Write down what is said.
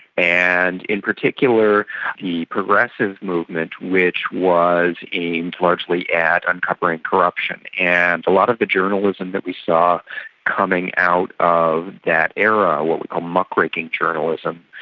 and in particular the progressive movement which was aimed largely at uncovering corruption. and a lot of the journalism that we saw coming out of that era, what we call muckraking journalism,